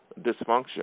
dysfunction